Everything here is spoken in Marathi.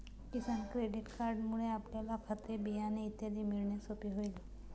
किसान क्रेडिट कार्डमुळे आपल्याला खते, बियाणे इत्यादी मिळणे सोपे होईल